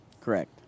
Correct